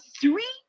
three